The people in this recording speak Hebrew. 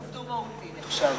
גוף דו-מהותי, נחשב.